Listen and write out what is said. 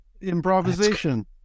Improvisation